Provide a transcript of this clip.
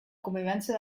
convivència